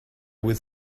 with